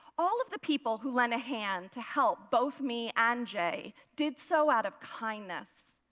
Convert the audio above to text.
all of the people who leant a hand to help both me and jay did so out of kindness.